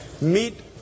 Meet